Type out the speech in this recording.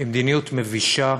היא מדיניות מבישה,